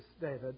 David